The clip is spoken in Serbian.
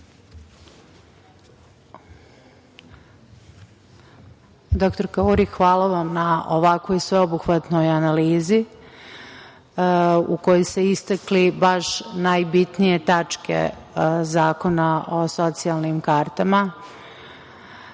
Dr Uri, hvala vam na ovakvoj sveobuhvatnoj analizi u kojoj ste istakli baš najbitnije tačke Zakona o socijalnim kartama,